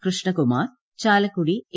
Krishnakumar Chalakudy A